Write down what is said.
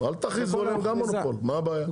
אל תכריזו עליהם גם מונופול, מה הבעיה?